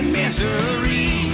misery